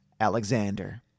Alexander